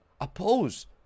oppose